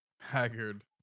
haggard